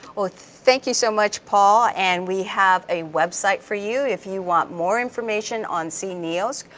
well thank you so much paul. and we have a website for you if you want more information on cneos,